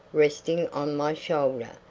resting on my shoulder,